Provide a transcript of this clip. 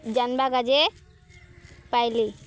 ଜାନ୍ବାକାଜେ ପାଇଲି